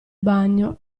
bagno